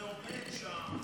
זה עומד שם, חונה.